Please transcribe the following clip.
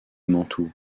mantoue